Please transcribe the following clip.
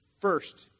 First